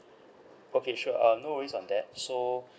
okay sure uh no worries on that so